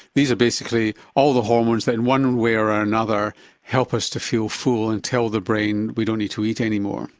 these are basically all the hormones that in one way or another help us to feel full and tell the brain we don't need to eat anymore.